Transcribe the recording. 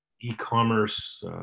e-commerce